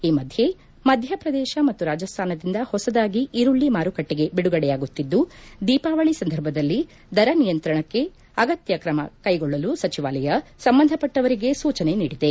ಈ ಮಧ್ಯಪ್ರದೇಶ ಮತ್ತು ರಾಜಸ್ತಾನದಿಂದ ಹೊಸದಾಗಿ ಈರುಳ್ಳಿ ಮಾರುಕಟ್ಟೆಗೆ ಬಿಡುಗಡೆಯಾಗುತ್ತಿದ್ದು ದೀಪಾವಳಿ ಸಂದರ್ಭದಲ್ಲಿ ದರ ನಿಯಂತ್ರಣಕ್ಕೆ ಅಗತ್ಯ ಕ್ರಮಕ್ಕೆಗೊಳ್ಳಲು ಸಚಿವಾಲಯ ಸಂಬಂಧಪಟ್ಟವರಿಗೆ ಸೂಚನೆ ನೀಡಿದೆ